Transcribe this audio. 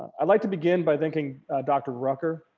i'd like to begin by thanking dr rucker